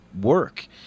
work